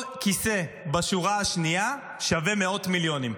כל כיסא בשורה השנייה שווה מאות מיליונים.